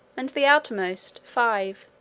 and the outermost, five